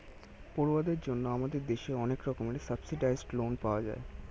পড়ুয়াদের জন্য আমাদের দেশে অনেক রকমের সাবসিডাইস্ড্ লোন পাওয়া যায়